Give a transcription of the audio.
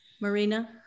Marina